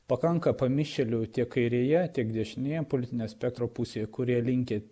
pakanka pamišėlių tiek kairėje tiek dešinėje politinio spektro pusėje kurie linkę